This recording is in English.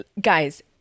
guys